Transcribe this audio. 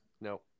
no